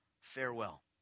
Farewell